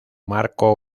marco